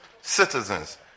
citizens